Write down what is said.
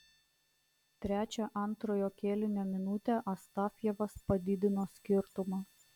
trečią antrojo kėlinio minutę astafjevas padidino skirtumą